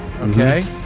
Okay